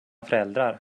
föräldrar